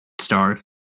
stars